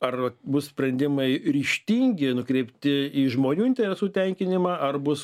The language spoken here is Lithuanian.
ar bus sprendimai ryžtingi nukreipti į žmonių interesų tenkinimą ar bus